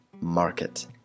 Market